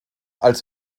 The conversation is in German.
als